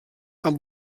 amb